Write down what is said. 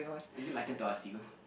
is it my turn to ask you